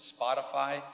Spotify